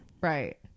Right